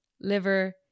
liver